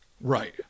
Right